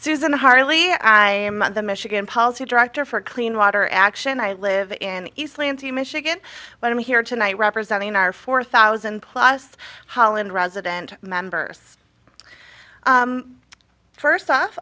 susan harley i am of the michigan policy director for clean water action i live in east lansing michigan but i'm here tonight representing our four thousand plus holland resident members first off